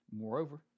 Moreover